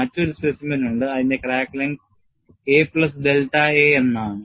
മറ്റൊരു സ്പെസിമെൻ ഉണ്ട് അതിന്റെ crack length a plus delta a എന്ന് ആണ്